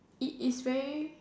it is very